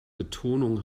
betonung